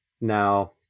now